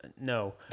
No